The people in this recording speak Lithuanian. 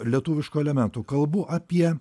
lietuvišku elementu kalbu apie